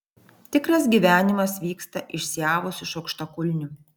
tikras gyvenimas vyksta išsiavus iš aukštakulnių